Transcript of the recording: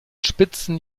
spitzen